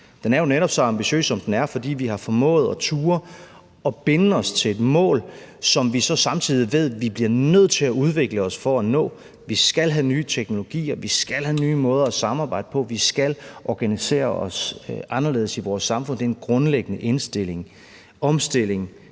Den er jo netop så ambitiøs, som den er, fordi vi har formået at turde at binde os til et mål, som vi samtidig ved vi bliver nødt til at udvikle os for at nå. Vi skal have nye teknologier, vi skal have nye måder at samarbejde på, og vi skal organisere os anderledes i vores samfund. Det er en grundlæggende omstilling, vi går ind